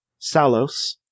Salos